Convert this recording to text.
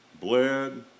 bled